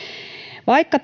vaikka